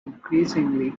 increasingly